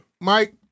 Mike